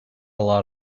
lot